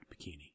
bikini